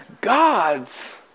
God's